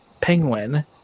Penguin